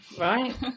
Right